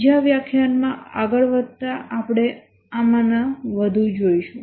બીજા વ્યાખ્યાનમાં આગળ વધતાં આપણે આમાંના વધુ જોશું